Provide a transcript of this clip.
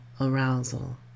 arousal